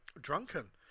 drunken